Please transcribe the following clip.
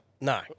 No